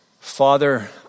Father